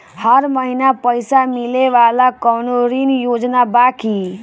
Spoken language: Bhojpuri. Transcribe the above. हर महीना पइसा मिले वाला कवनो ऋण योजना बा की?